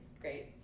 Great